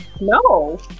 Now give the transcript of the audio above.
no